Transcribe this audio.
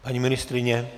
Paní ministryně?